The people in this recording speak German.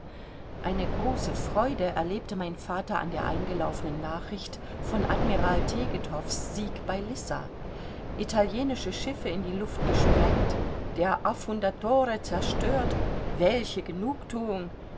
eine große freude erlebte mein vater an der eingelaufenen nachricht von admiral tegethoffs sieg bei lissa italienische schiffe in die luft gesprengt der affundatore zerstört welche genugthuung